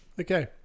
Okay